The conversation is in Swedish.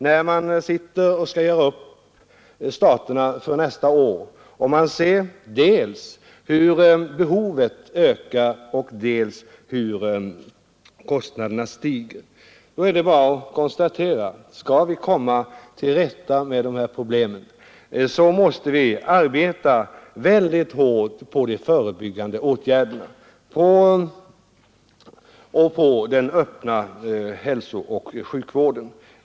När man sitter och skall göra upp staterna för nästa år och dels ser hur behovet ökar, dels ser hur kostnaderna stiger, då är det bara att konstatera att om vi skall komma till rätta med dessa problem måste vi arbeta väldigt hårt på de förebyggande åtgärderna — på den öppna hälsooch sjukvården.